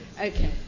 Okay